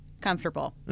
comfortable